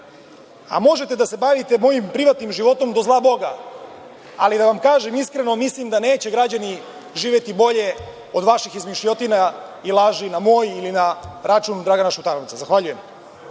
A možete da se bavite mojim privatnim životom do zlaboga, ali da vam kažem iskreno, mislim da neće građani živeti bolje od vaših izmišljotina i laži na moj ili na račun Dragana Šutanovca. Zahvaljujem.